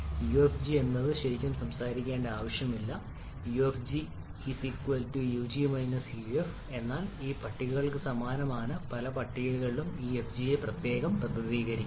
Ufg എന്നത് ശരിക്കും സംസാരിക്കേണ്ട ആവശ്യമില്ല ufg ug uf എന്നാൽ ഈ പട്ടികകൾക്ക് സമാനമാണ് പല പട്ടികകളും ഈ fg യെ പ്രത്യേകം പ്രതിനിധീകരിക്കുന്നു